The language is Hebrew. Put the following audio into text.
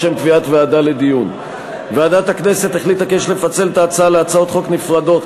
ועדת הכנסת החליטה כי יש לפצל את ההצעה להצעות חוק נפרדות,